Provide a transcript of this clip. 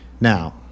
Now